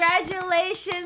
Congratulations